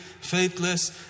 faithless